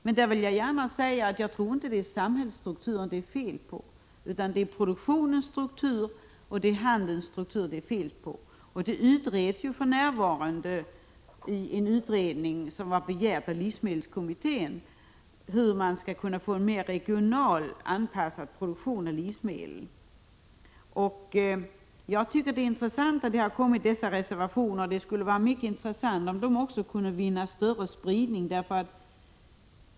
Men jag vill gärna säga att det inte är samhällsstrukturen det är fel på, utan på produktionsstrukturen och handelsstrukturen. Livsmedelskommittén har begärt en utredning som just nu pågår om hur man skall kunna få en mera regionalt anpassad produktion av livsmedel. Jag tycker dessa reservationer är intressanta, och jag skulle gärna vilja se en större spridning för dem.